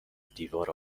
دیوار